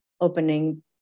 opening